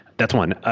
that's one. ah